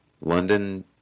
London